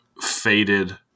faded